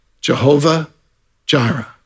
Jehovah-Jireh